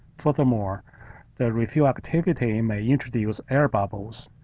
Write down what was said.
furthermore, the reveal activity may introduce air bubbles,